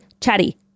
chatty